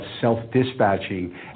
self-dispatching